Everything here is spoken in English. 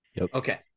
Okay